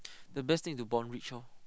the best thing to born rich orh